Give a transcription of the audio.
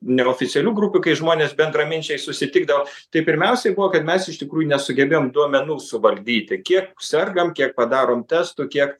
neoficialių grupių kai žmonės bendraminčiai susitikdavo tai pirmiausiai buvo kad mes iš tikrųjų nesugebėjom duomenų suvaldyti kiek sergam kiek padarom testų kiek